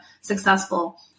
successful